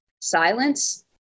silence